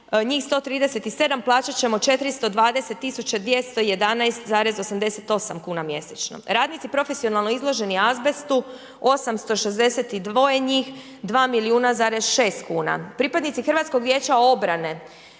njih 137, plaćat ćemo 420 211,88 kuna mjesečno. Radnici profesionalno izloženi azbestu 862 njih, 2 milijuna zarez šest kuna, pripadnici HVO-a, njih 6782